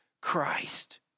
Christ